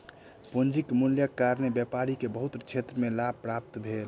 पूंजीक मूल्यक कारणेँ व्यापारी के बहुत क्षेत्र में लाभ प्राप्त भेल